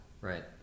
Right